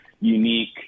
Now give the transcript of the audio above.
unique